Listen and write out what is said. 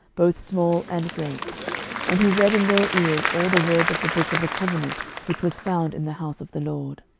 both small and great and he read in their ears all the words of the book of the covenant which was found in the house of the lord.